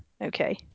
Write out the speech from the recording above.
Okay